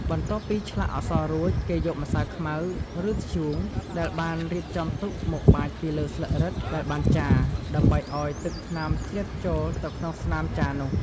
បន្ទាប់ពីឆ្លាក់អក្សររួច គេយកម្សៅខ្មៅ ឬធ្យូងដែលបានរៀបចំទុកមកបាចពីលើស្លឹករឹតដែលបានចារ ដើម្បីឱ្យទឹកថ្នាំជ្រាបចូលទៅក្នុងស្នាមចារនោះ។